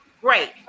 great